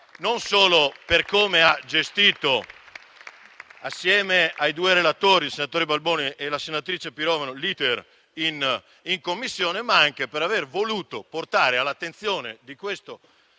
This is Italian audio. non solo per come ha gestito, assieme ai due relatori - il senatore Balboni e la senatrice Pirovano - l'*iter* in Commissione, ma anche per aver voluto portare all'attenzione di questo